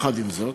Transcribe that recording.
עם זאת,